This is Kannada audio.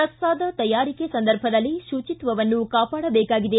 ಪ್ರಸಾದ ತಯಾರಿಕೆ ಸಂದರ್ಭದಲ್ಲಿ ಕುಚಿತ್ವವನ್ನು ಕಾಪಾಡಬೇಕಾಗಿದೆ